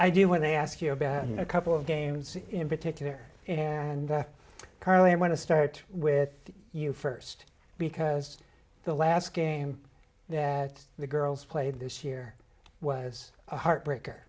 i do when they ask you about a couple of games in particular and currently i want to start with you first because the last game that the girls played this year was a heartbreak